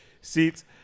seats